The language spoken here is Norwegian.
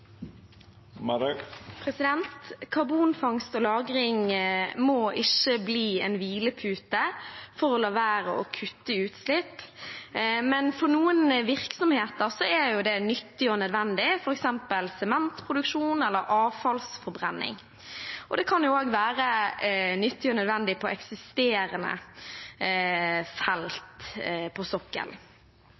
refererte til. Karbonfangst og -lagring må ikke bli en hvilepute for å la være å kutte i utslipp, selv om det for noen virksomheter er nyttig og nødvendig, f.eks. sementproduksjon eller avfallsforbrenning. Det kan også være nyttig og nødvendig på eksisterende felt på sokkelen,